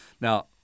Now